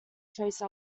trace